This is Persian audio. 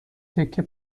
تکه